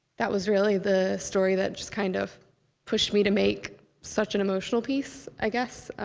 that was really the story that just kind of pushed me to make such an emotional piece, i guess.